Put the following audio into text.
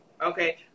Okay